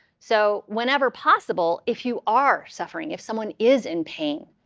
so whenever possible, if you are suffering, if someone is in pain,